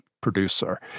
producer